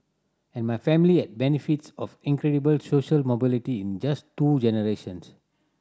and my family had benefits of incredible social mobility in just two generations